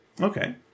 Okay